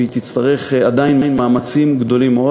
והיא תצטרך עדיין מאמצים גדולים מאוד.